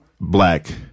Black